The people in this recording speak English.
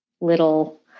little